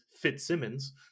Fitzsimmons